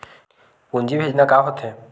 पूंजी भेजना का होथे?